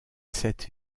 sept